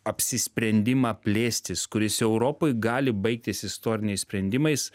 apsisprendimą plėstis kuris europoj gali baigtis istoriniais sprendimais